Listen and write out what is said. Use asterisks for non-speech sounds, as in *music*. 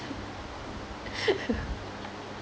*laughs*